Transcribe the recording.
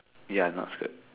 ya not skirt